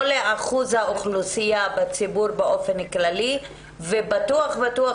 לא לאחוז האוכלוסייה בציבור באופן כללי ובטוח בטוח